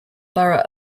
borough